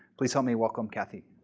please help me welcome kathy.